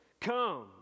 Come